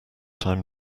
time